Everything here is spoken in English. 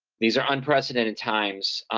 these are unprecedented times.